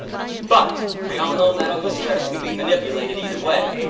but, we all know medical studies can be manipulated either way.